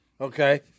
Okay